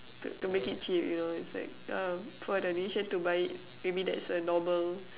to to make it cheap you know it's like um for the nation to buy it maybe that's a normal